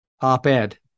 op-ed